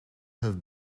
have